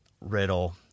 riddle